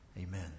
Amen